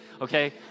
okay